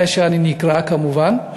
כשאני נקרא כמובן,